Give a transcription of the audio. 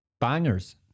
bangers